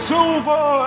Silver